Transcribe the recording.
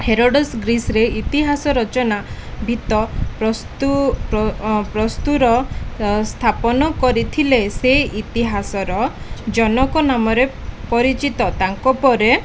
ହେରଡ଼ସ୍ ଗ୍ରୀସରେ ଇତିହାସ ରଚନା ଭିତ୍ତ ପ୍ରସ୍ତୁର ସ୍ଥାପନ କରିଥିଲେ ସେ ଇତିହାସର ଜନକ ନାମରେ ପରିଚିତ ତାଙ୍କ ପରେ